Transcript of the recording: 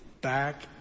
back